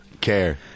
care